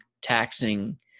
taxing